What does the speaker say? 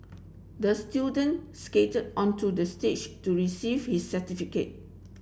the student skated onto the stage to receive his certificate